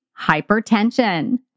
hypertension